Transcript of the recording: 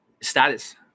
status